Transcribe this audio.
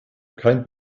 kein